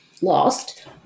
lost